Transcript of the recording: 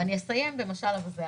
אסיים במשל אווזי